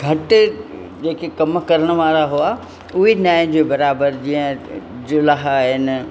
घटि जेके कम करण वारा हुआ उहे न जे बराबरि जीअं जुलाहा आहिनि